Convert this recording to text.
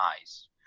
eyes